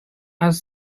ice